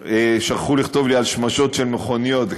שכחו לכתוב לי על שמשות של מכוניות,